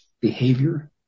behavior